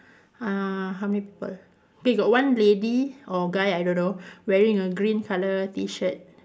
uh how many people wait got one lady or guy I don't know wearing a green colour T shirt